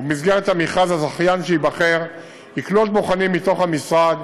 ובמסגרת המכרז הזכיין שייבחר יקלוט בוחנים מתוך המשרד,